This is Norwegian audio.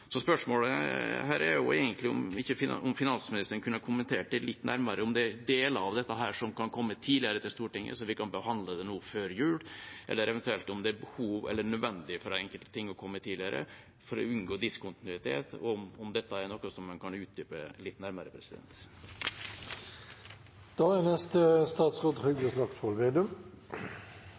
Så spørsmålet her er egentlig om finansministeren kunne ha kommentert litt nærmere om det er deler av dette som kan komme tidligere til Stortinget, så vi kan behandle det nå før jul, eller eventuelt om det er nødvendig at enkelte ting kommer tidligere for å unngå diskontinuitet. Er dette noe han kan utdype litt nærmere?